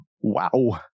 Wow